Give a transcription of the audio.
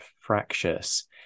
fractious